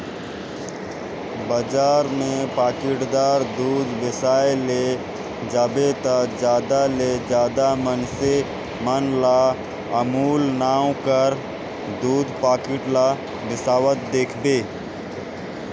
बजार में पाकिटदार दूद बेसाए ले जाबे ता जादा ले जादा मइनसे मन ल अमूल नांव कर दूद पाकिट ल बेसावत देखबे